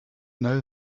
know